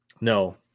No